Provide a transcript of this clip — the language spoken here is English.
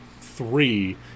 three